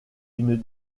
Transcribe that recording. une